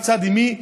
מצד אימי,